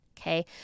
okay